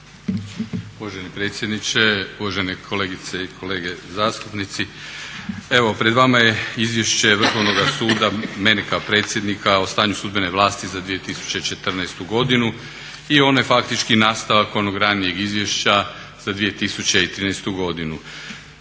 Uvaženi predsjedniče, uvažene kolegice i kolege zastupnici. Evo pred vama je Izvješće Vrhovnoga suda mene kao predsjednika o stanju sudbene vlasti za 2014.godinu i ono je faktički nastavak onog ranijeg izvješća za 2013.godinu.